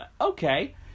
okay